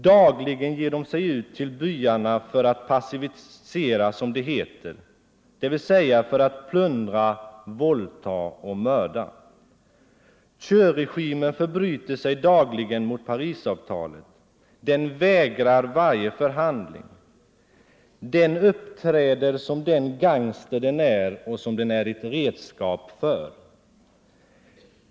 Dagligen ger de sig ut till byarna för att ”passivisera” dvs. för att plundra, våldta och mörda. Thieuregimen förbryter sig dagligen mot Parisavtalet. Den vägrar varje förhandling. Den uppträder som den gangster den är och som det redskap den är.